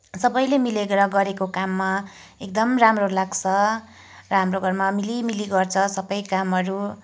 सबैले मिलेर गरेको काममा एकदम राम्रो लाग्छ र हाम्रो घरमा मिली मिली गर्छ सबै कामहरू